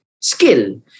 Skill